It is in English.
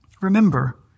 Remember